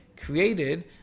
created